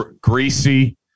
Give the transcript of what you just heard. Greasy